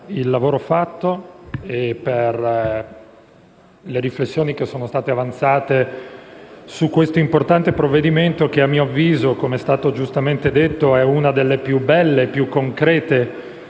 per il lavoro svolto e per le riflessioni che sono state avanzate su questo importante provvedimento che, a mio avviso, com'è stato giustamente detto, è una delle più belle e più concrete